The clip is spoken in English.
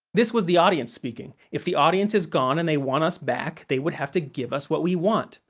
this was the audience speaking. if the audience is gone and they want us back, they would have to give us what we want,